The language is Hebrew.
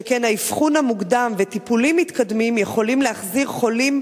שכן האבחון המוקדם וטיפולים מתקדמים יכולים להחזיר חולים,